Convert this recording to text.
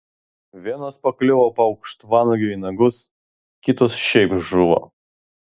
vienos pakliuvo paukštvanagiui į nagus kitos šiaip žuvo